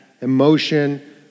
emotion